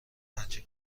هجی